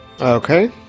Okay